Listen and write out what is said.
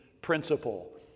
principle